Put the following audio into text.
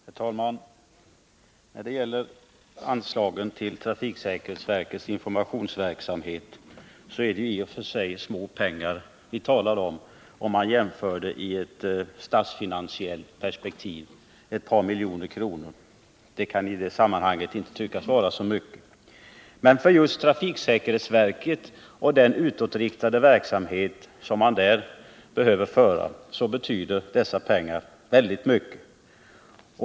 Herr talman! När det gäller anslagen till trafiksäkerhetsverkets informationsverksamhet är det i och för sig små pengar i ett statsfinansiellt perspektiv. Ett par miljoner kronor kan i det sammanhanget inte vara så mycket. Men för just trafiksäkerhetsverket och den utåtriktade verksamhet man där behöver föra betyder dessa pengar väldigt mycket.